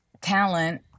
talent